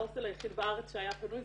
ההוסטל היחיד בארץ שהיה פנוי,